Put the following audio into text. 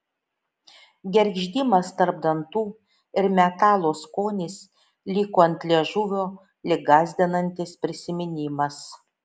gergždimas tarp dantų ir metalo skonis liko ant liežuvio lyg gąsdinantis prisiminimas